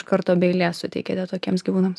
karto be eilės suteikėte tokiems gyvūnams